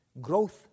growth